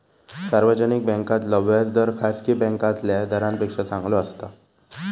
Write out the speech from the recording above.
सार्वजनिक बॅन्कांतला व्याज दर खासगी बॅन्कातल्या दरांपेक्षा चांगलो असता